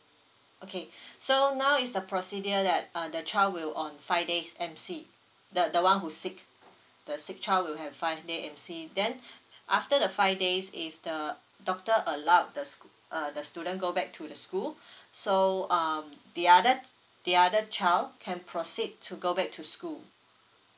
okay so now is the procedures that uh the child will on five days M_C the the one who sick the sick child will have five day M_C then after the five days if the doctor allowed the scho~ uh the student go back to the school so um the other the other child can proceed to go back to school